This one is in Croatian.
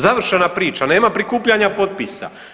Završena priča, nema prikupljanja potpisa.